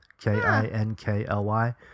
K-I-N-K-L-Y